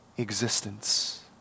existence